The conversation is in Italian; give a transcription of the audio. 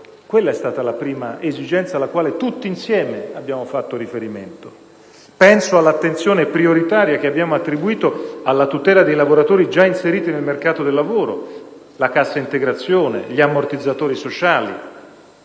Quella è stata la prima esigenza alla quale tutti insieme abbiamo fatto riferimento. Penso all'attenzione prioritaria che abbiamo attribuito alla tutela dei lavoratori già inseriti nel mercato del lavoro, con la cassa integrazione e gli ammortizzatori sociali.